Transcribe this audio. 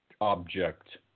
object